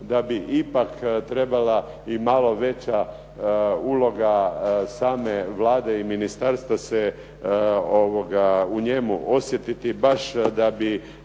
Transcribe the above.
da bi ipak trebala i malo veća uloga same Vlade i ministarstva se u njemu osjetiti baš da bi